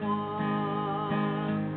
one